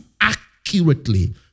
accurately